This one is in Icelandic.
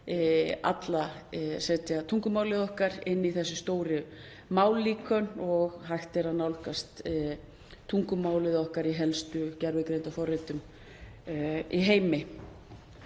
að setja tungumálið okkar inn í þessi stóru mállíkön og hægt er að nálgast tungumálið okkar í helstu gervigreindarforritum í heimi.